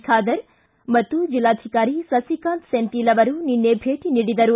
ಖಾದರ್ ಹಾಗೂ ಜಿಲ್ಲಾಧಿಕಾರಿ ಸಿಕಾಂತ್ ಸೆಂಥಿಲ್ ಅವರು ನಿನ್ನೆ ಭೇಟಿ ನೀಡಿದರು